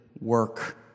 work